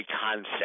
concept